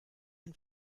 ein